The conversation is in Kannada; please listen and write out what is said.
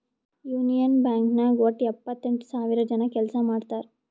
ಯೂನಿಯನ್ ಬ್ಯಾಂಕ್ ನಾಗ್ ವಟ್ಟ ಎಪ್ಪತ್ತೆಂಟು ಸಾವಿರ ಜನ ಕೆಲ್ಸಾ ಮಾಡ್ತಾರ್